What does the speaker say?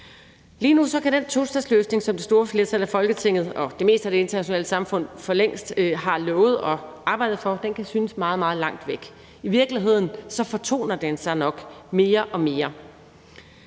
Lige nu kan den tostatsløsning, som det store flertal af Folketinget og det meste af det internationale samfund for længst har lovet at arbejde for, synes meget, meget langt væk. I virkeligheden fortoner den sig nok mere og mere.